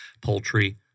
poultry